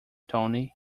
tony